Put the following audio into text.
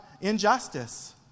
injustice